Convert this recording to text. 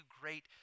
great